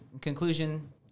conclusion